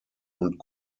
und